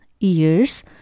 ears